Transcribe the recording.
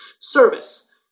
service